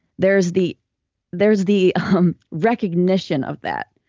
there's the there's the recognition of that,